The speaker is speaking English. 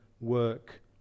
work